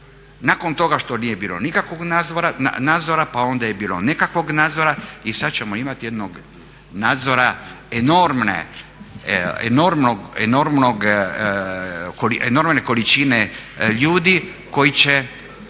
nakon toga što nije bilo nikakvog nadzora pa onda je bilo nekakvog nadzora i sad ćemo imati jednog nadzora enormne količine ljudi koji će